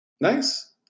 Nice